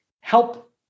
help